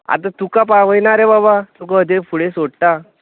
आतां तुका पावयना रे बाबा तुका हथंय फुडें सोडटा